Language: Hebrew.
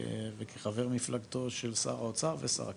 וכחבר מפלגתו של שר האוצר ושר הקליטה,